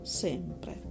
sempre